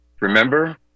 Remember